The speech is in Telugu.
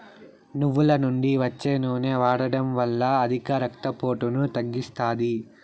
నువ్వుల నుండి వచ్చే నూనె వాడడం వల్ల అధిక రక్త పోటును తగ్గిస్తాది